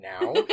now